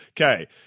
Okay